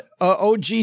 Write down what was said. OG